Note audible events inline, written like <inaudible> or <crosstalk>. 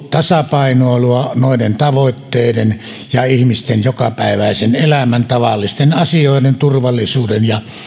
<unintelligible> tasapainoilua noiden tavoitteiden ja ihmisten jokapäiväisen elämän tavallisten asioiden turvallisuuden ja